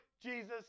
Jesus